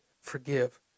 forgive